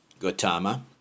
Gautama